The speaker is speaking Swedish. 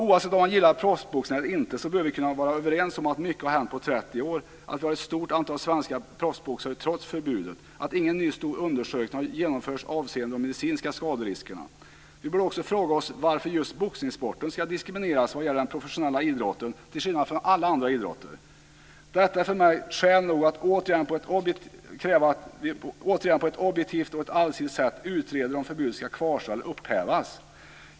Oavsett om vi gillar proffsboxning eller inte bör vi kunna vara överens om att mycket har hänt under 30 år, att vi har ett stort antal svenska proffsboxare trots förbudet och att ingen ny stor undersökning har genomförts avseende de medicinska skaderiskerna. Vi borde också fråga oss varför just boxningssporten ska diskrimineras när det gäller den professionella idrotten till skillnad från alla andra idrotter. Detta är skäl nog för att man återigen på ett objektivt och allsidigt sätt ska utreda om förbudet ska kvarstå eller upphävas.